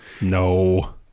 No